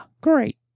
great